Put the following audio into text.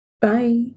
Bye